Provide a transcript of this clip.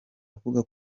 avuga